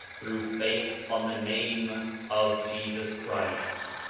through faith on the name of jesus christ.